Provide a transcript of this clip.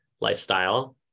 lifestyle